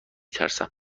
ترسم